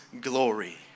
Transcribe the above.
glory